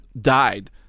Died